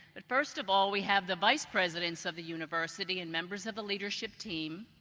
but first of all we have the vice presidents of the university and members of the leadership team,